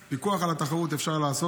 פיקוח על התחרות אפשר לעשות